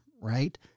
right